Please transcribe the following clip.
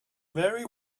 very